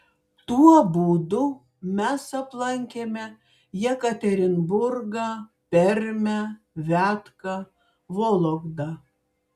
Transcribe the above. tuo būdu mes aplankėme jekaterinburgą permę viatką vologdą